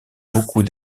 beaucoup